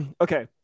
Okay